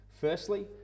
firstly